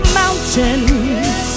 mountains